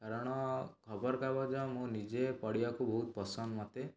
କାରଣ ଖବରକାଗଜ ମୁଁ ନିଜେ ପଢ଼ିବାକୁ ବହୁତ ପସନ୍ଦ ମୋତେ